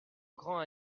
grand